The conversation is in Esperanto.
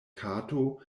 kato